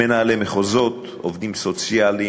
מנהלי מחוזות, עובדים סוציאליים,